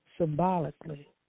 symbolically